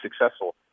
successful